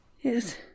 yes